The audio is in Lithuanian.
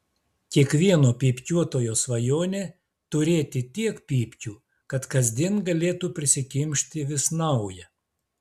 kiekvieno pypkiuotojo svajonė turėti tiek pypkių kad kasdien galėtų prisikimšti vis naują